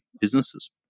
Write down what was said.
businesses